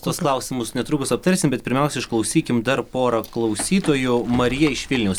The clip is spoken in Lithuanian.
tuos klausimus netrukus aptarsim bet pirmiausia išklausykim dar porą klausytojų marija iš vilniaus